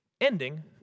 ending